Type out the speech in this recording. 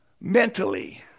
mentally